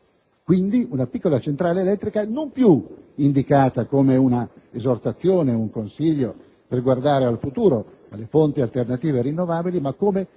di una piccola centrale elettrica non più indicata, però, come un'esortazione o un consiglio a guardare al futuro, alle fonti alternative e rinnovabili, ma piuttosto come